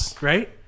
Right